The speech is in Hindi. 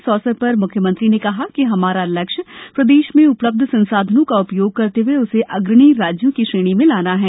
इस अवसर पर मुख्यमंत्री ने कहा कि हमारा लक्ष्य प्रदेश में उपलब्ध संसाधनो का उपयोग करते हुए उसे अग्रणी राज्यों की श्रेणी में लाना है